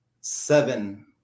seven